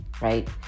right